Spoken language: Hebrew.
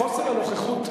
חוסר הנוכחות,